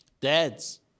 Dads